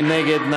מי נגד?